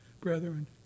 brethren